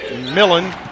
Millen